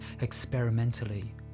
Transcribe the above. experimentally